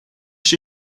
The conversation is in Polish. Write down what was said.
się